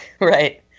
Right